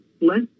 let